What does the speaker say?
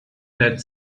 that